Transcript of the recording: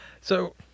So-